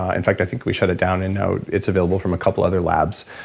ah in fact i think we shut it down and now it's available from a couple other labs.